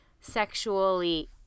sexually